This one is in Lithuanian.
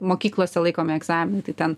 mokyklose laikomi egzaminai tai ten